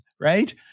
right